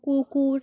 কুকুর